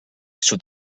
sud